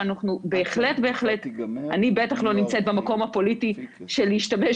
אני בטח לא נמצאת במקום הפוליטי של שימוש